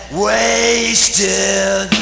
wasted